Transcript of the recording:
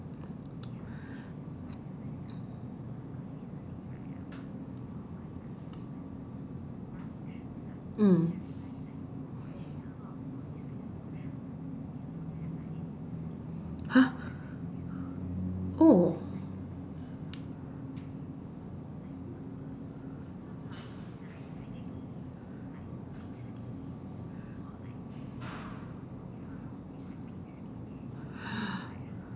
mm !huh! oh